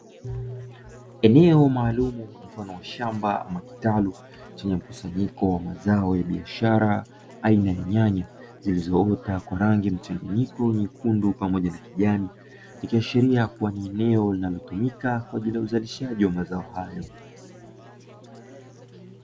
Eneo maalumu mfano wa shamba ama kitalu, chenye mkusanyiko wa mazao ya biashara aina ya nyanya, zilizoota kwa rangi mchanganyiko nyekundu pamoja na kijani. Ikiashiria kuwa ni eneo linalotumika kwa ajili ya uzalishaji wa mazao hayo.